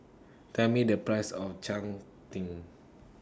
Tell Me The Price of Cheng Tng